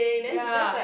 ya